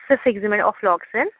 سُفِکزِ مَے آفلاکسِن